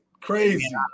crazy